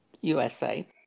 USA